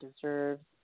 deserves